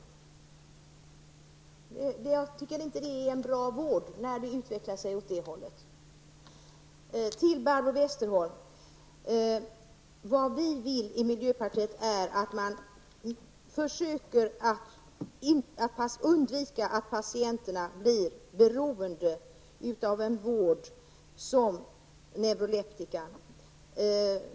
Jag tycker inte det är en bra vård när det utvecklar sig åt det hållet. Till Barbro Westerholm: Vad vi i miljöpartiet vill är att man försöker att undvika att patienterna blir beroende av en vård som neuroleptika.